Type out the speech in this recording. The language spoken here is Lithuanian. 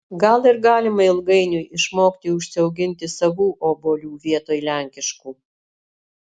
gal ir galima ilgainiui išmokti užsiauginti savų obuolių vietoj lenkiškų